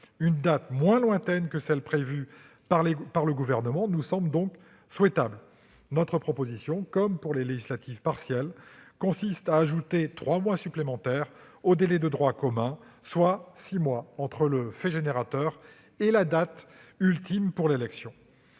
Une date moins lointaine que celle prévue par le Gouvernement nous semble donc souhaitable. C'est pourquoi, comme pour les législatives partielles, nous proposons d'ajouter un délai supplémentaire de trois mois au délai de droit commun, soit six mois entre le fait générateur et la date ultime pour l'élection.